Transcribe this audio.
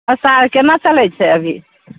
असार केना चलै छै अभी